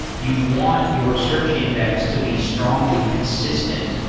you want your search index to be strongly consistent.